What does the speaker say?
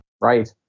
Right